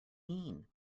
mean